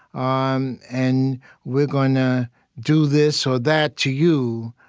ah um and we're gonna do this or that to you,